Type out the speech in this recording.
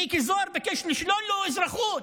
מיקי זוהר ביקש לשלול לו אזרחות.